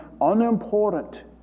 unimportant